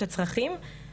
את הצרכים.